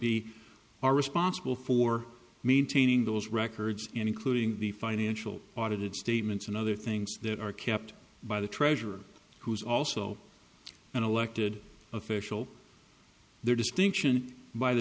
be are responsible for maintaining those records including the financial audited statements and other things that are kept by the treasurer who is also an elected official there distinction by the